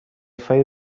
فای